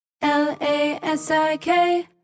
L-A-S-I-K